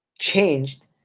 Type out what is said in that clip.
changed